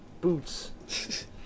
boots